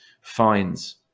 finds